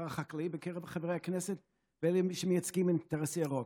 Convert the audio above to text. החקלאי בקרב חברי הכנסת ובין אלה שמייצגים אינטרס ירוק,